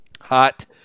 hot